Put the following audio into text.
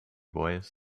boys